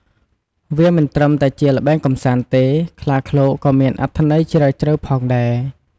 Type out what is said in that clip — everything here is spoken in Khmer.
វាមិនត្រឹមតែជាល្បែងកម្សាន្តទេ ខ្លាឃ្លោកក៏មានអត្ថន័យជ្រាលជ្រៅផងដែរ។